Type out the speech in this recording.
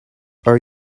are